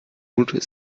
hut